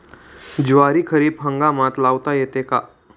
ज्वारी खरीप हंगामात लावता येते का?